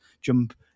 jump